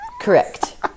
Correct